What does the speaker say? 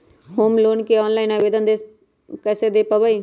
Home loan के online आवेदन कैसे दें पवई?